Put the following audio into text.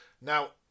Now